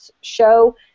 show